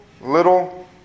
little